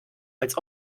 als